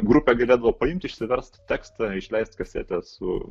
grupė galėdavo paimt išsiverst tekstą išleist kasetę su